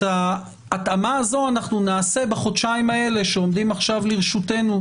את ההתאמה הזו נעשה בחודשיים האלה שעומדים עכשיו לרשותנו.